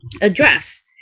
address